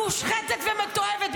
מושחתת ומתועבת.